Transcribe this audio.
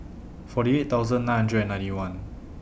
forty eight thousand nine hundred and ninety one